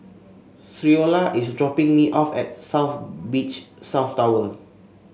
Creola is dropping me off at South Beach South Tower